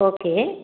okay